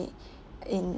in